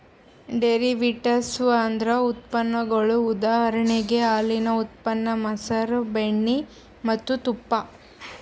derivatives ಅಂದ್ರ ಉತ್ಪನ್ನಗೊಳ್ ಉದಾಹರಣೆಗ್ ಹಾಲಿನ್ ಉತ್ಪನ್ನ ಮಸರ್, ಬೆಣ್ಣಿ ಮತ್ತ್ ತುಪ್ಪ